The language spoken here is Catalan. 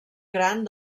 gran